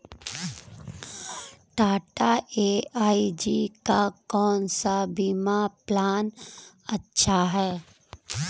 Tata AIG का कौन सा बीमा प्लान अच्छा है?